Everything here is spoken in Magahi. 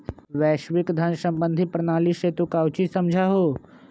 वैश्विक धन सम्बंधी प्रणाली से तू काउची समझा हुँ?